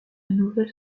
nouvelle